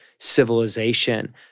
civilization